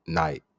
night